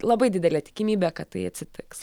labai didelė tikimybė kad tai atsitiks